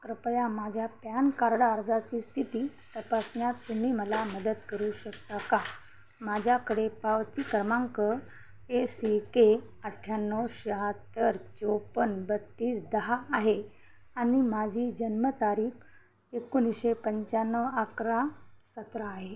कृपया माझ्या PAN card अर्जाची स्थिती तपासण्यात तुम्ही मला मदत करू शकता का माझ्याकडे पावती क्रमांक ए सी के अठ्ठ्याण्णव शाहत्तर चौपन्न बत्तीस दहा आहे आणि माझी जन्मतारीख एकोणीसशे पंचाण्णव अकरा सतरा आहे